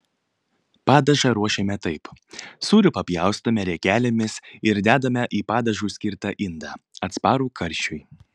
padažą ruošiame taip sūrį papjaustome riekelėmis ir dedame į padažui skirtą indą atsparų karščiui